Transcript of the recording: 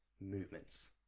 movements